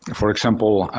for example,